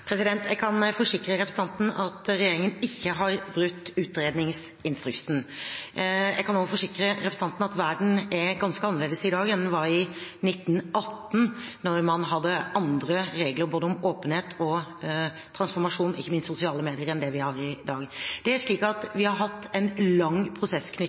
Jeg kan forsikre representanten om at regjeringen ikke har brutt utredningsinstruksen. Jeg kan også forsikre representanten om at verden er ganske annerledes i dag enn den var i 1918, da man hadde andre regler om både åpenhet og transformasjon og ikke minst andre sosial medier enn det vi har i dag. Vi har hatt en lang